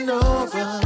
over